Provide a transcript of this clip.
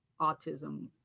autism